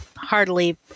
hardly